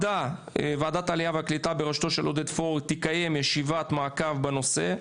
ועדת העלייה והקליטה בראשותו של עודד פורר תקיים ישיבת ועדה בנושא,